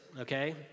okay